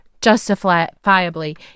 justifiably